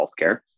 healthcare